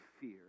fear